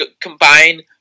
combine